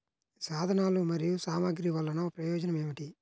సాధనాలు మరియు సామగ్రి వల్లన ప్రయోజనం ఏమిటీ?